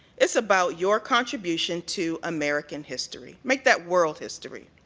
it's about your contribution to american history. make that world history.